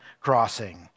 Crossing